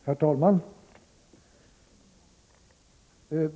Herr talman!